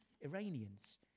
Iranians